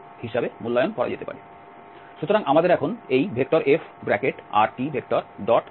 সুতরাং আমাদের এখন এই Frtdrdt পদটি গণনা করতে হবে